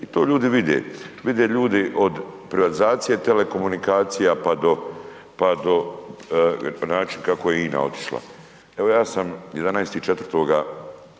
i to ljudi vide. Vide ljudi od privatizacije telekomunikacija pa do, pa do način kako je INA otišla. Evo ja sam 11.4.2017.